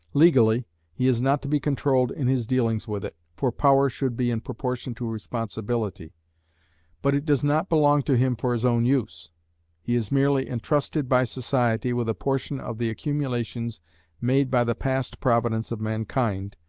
legally he is not to be controlled in his dealings with it, for power should be in proportion to responsibility but it does not belong to him for his own use he is merely entrusted by society with a portion of the accumulations made by the past providence of mankind,